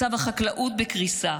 מצב החקלאות בקריסה,